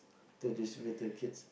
to distribute to the kids